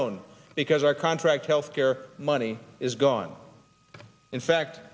own because our contract health care money is gone in fact